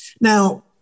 now